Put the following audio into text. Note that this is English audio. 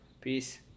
Peace